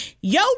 Yo